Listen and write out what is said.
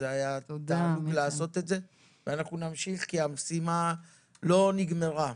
אנחנו נמשיך כי המשימה לא נגמרה.